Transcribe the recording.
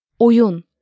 oyun